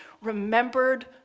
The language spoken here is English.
remembered